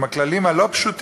עם הכללים הלא-פשוטים,